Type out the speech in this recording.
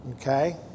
okay